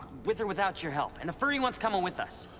with or without your help, and the furry one's coming with us.